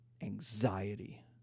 Anxiety